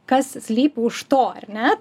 kas slypi už to ar ne